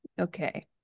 Okay